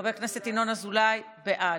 חבר הכנסת ינון אזולאי, בעד.